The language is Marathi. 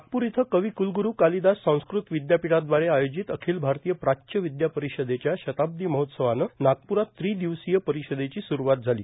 नागपूर इथं कवि कुलग्रुरू कालिदास संस्कृत विद्यापीठाद्वारे आयोजित अखिल भारतीय प्राच्यविद्या परिषदेच्या शताब्दी महोत्सवानं नागपुरात त्रि दिवसीय परिषदेची सुरूवात झाली